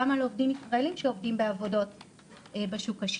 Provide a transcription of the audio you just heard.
על עובדים ישראלים שעובדים בעבודות בתחום הסיעוד.